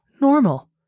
normal